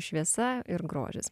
šviesa ir grožis